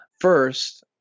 first